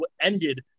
ended